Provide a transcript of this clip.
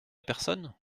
personne